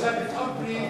לפי המשרד לביטחון פנים,